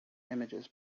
images